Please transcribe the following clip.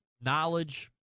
knowledge